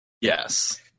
Yes